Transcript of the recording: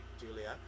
Julia